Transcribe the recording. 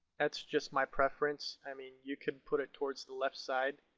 that's just my preference, i mean you could put it towards the left side.